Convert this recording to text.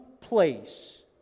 place